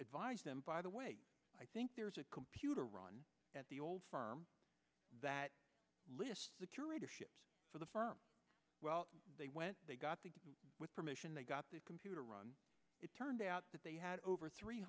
advise them by the way i think there's a computer run at the old firm that lists the curator for the firm well they went they got the with permission they got the computer run it turned out that they had over three